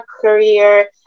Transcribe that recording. career